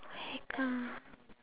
haircut